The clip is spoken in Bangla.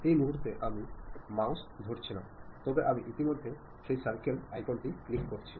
এই মুহূর্তে আমি মাউস ধরছি না তবে আমি ইতিমধ্যে সেই সার্কেল আইকনটি ক্লিক করেছি